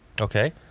Okay